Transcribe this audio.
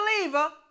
believer